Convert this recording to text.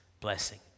blessing